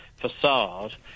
facade